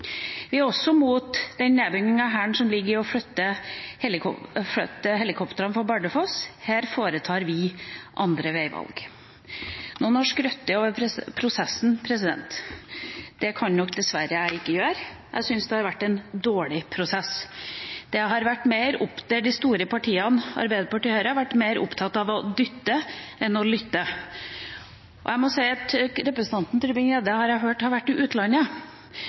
Vi er også mot den nedbyggingen av Hæren som ligger i å flytte helikoptrene fra Bardufoss. Her foretar vi andre veivalg. Noen har skrytt av prosessen. Det kan dessverre ikke jeg gjøre. Jeg syns det har vært en dårlig prosess, der de store partiene, Arbeiderpartiet og Høyre, har vært mer opptatt av å dytte enn å lytte. Jeg har hørt at representanten Tybring-Gjedde har vært i utlandet.